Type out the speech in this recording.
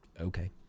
Okay